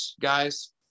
guys